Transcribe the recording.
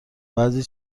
بعضی